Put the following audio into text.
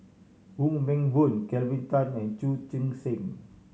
Wong Meng Voon Kelvin Tan and Chu Chee Seng